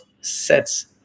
sets